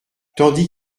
tandis